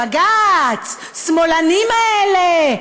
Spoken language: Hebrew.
בג"ץ, השמאלנים האלה.